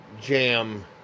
jam